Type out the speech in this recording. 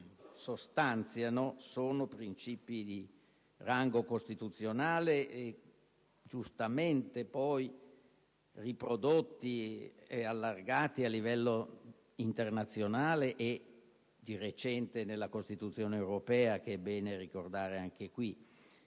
sostanziano sono di rango costituzionale e, giustamente, poi sono stati riprodotti ed allargati a livello internazionale e, di recente, nella Costituzione europea, il che è bene ricordare anche qui.